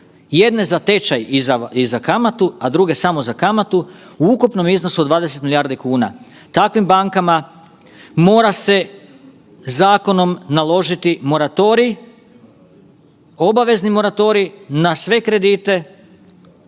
jedne za tečaj i za kamatu, a druge samo za kamatu u ukupnom iznosu od 20 milijardi kuna. Takvim bankama mora se zakonom naložiti moratorij, obavezni moratorij na sve kredite